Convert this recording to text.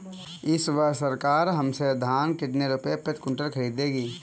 इस वर्ष सरकार हमसे धान कितने रुपए प्रति क्विंटल खरीदेगी?